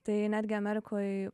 tai netgi amerikoj